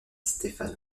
stefano